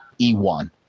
E1